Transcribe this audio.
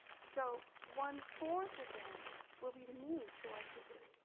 so one four of them will be new to our system.